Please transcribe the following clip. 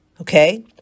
okay